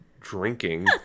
drinking